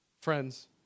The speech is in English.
friends